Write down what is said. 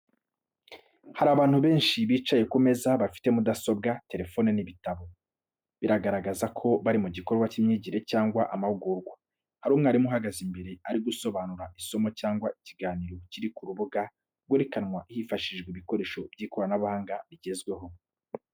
Hari abantu benshi bicaye ku meza bafite mudasobwa, telefoni, n’ibitabo, bigaragaza ko bari mu gikorwa cy’imyigire cyangwa amahugurwa. Hari umwarimu uhagaze imbere ari gusobanura isomo cyangwa ikiganiro kiri ku rubuga rwerekanwa hifashishijwe ibikoresho by'ikoranabuhanga rigezweho.